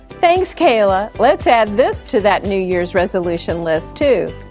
thanks kayla. let's add this to that new year's resolutions list, too.